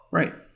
right